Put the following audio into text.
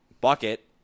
Bucket